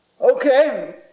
Okay